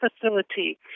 facility